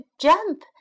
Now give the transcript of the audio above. jump